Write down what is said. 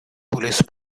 police